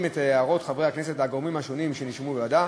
את הערות חברי הכנסת והגורמים השונים שנשמעו בוועדה,